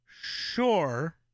Sure